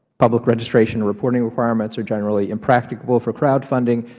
public registration, reporting requirements are generally impracticable for crowdfunding.